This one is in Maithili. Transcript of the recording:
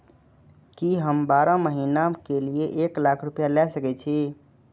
की हम बारह महीना के लिए एक लाख रूपया ले सके छी?